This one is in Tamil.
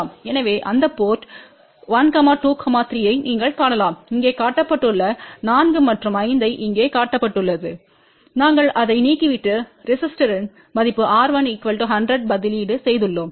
எனவே அந்த போர்ட் 1 2 3 ஐ நீங்கள் காணலாம் இங்கே காட்டப்பட்டுள்ள 4 மற்றும் 5 ஐ இங்கே காட்டப்பட்டுள்ளது நாங்கள் அதை நீக்கிவிட்டு ரெசிஸ்டோர்யின் மதிப்பு R1 100 பதிலீடு செய்துள்ளோம்